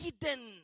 hidden